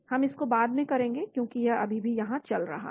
हम इसको बाद में करेंगे क्योंकि यह अभी भी यहां चल रहा है